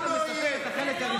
לא יהיה כלום.